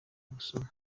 busuma